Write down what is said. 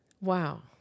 Wow